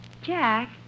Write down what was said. Jack